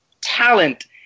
talent